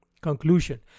Conclusion